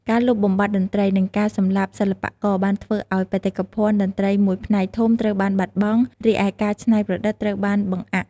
ការលុបបំបាត់តន្ត្រី និងការសម្លាប់សិល្បករ បានធ្វើឱ្យបេតិកភណ្ឌតន្ត្រីមួយផ្នែកធំត្រូវបានបាត់បង់ រីឯការច្នៃប្រឌិតត្រូវបានបង្អាក់។